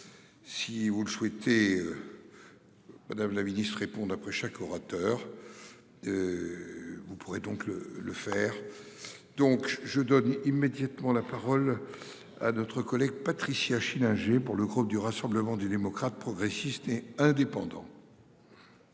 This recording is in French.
Si vous le souhaitez. Madame la Ministre répondent après chaque orateur. Vous pourrez donc le le faire. Donc je donne immédiatement la parole. À notre collègue Patricia Schillinger pour le groupe du Rassemblement des démocrates, progressistes et indépendants.